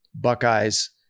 Buckeyes